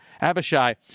Abishai